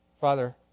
Father